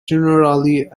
generally